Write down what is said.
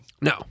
No